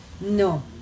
No